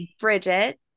Bridget